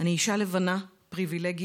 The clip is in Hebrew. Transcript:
אני אישה לבנה, פריבילגית.